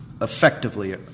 effectively